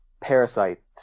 parasites